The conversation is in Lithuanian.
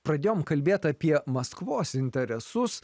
pradėjom kalbėt apie maskvos interesus